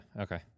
Okay